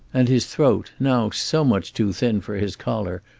and his throat, now so much too thin for his collar,